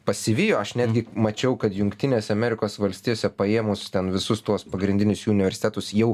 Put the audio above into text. pasivijo aš netgi mačiau kad jungtinėse amerikos valstijose paėmus ten visus tuos pagrindinius jų universitetus jau